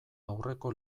aurreko